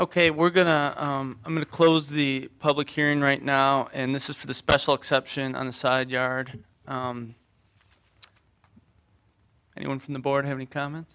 ok we're going to i'm going to close the public hearing right now and this is for the special exception on the side yard anyone from the board have any comments